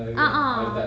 a'ah